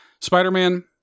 Spider-Man